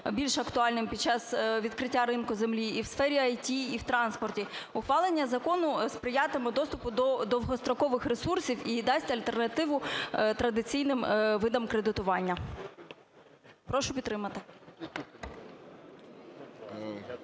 більш актуальним під час відкриття ринку землі, і в сфері ІТ, і в транспорті. Ухвалення закону сприятиме доступу до довгострокових ресурсів і дасть альтернативу традиційним видам кредитування. Прошу підтримати.